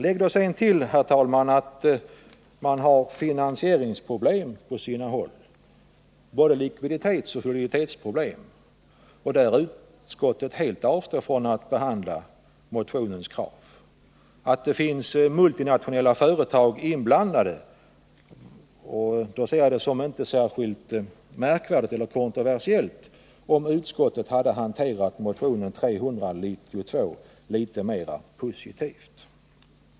Lägg därtill, herr talman, att man på sina håll har finansproblem, både likviditetsoch soliditetsproblem. Härvidlag har utskottet helt avstått från att behandla motionskraven. Med tanke på att multinationella företag finns inblandade anser jag att det inte hade varit särskilt märkvärdigt eller kontroversiellt, om utskottet hade hanterat motion 392 litet mera positivt.